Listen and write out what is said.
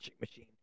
machine